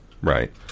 right